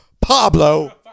Pablo